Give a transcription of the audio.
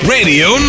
Radio